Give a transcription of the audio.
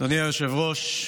אדוני היושב-ראש,